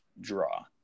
draw